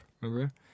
remember